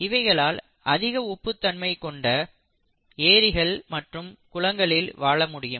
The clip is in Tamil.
இவைகளால் அதிக உப்பு தன்மை கொண்ட ஏரிகள் மற்றும் குளங்களில் வாழ முடியும்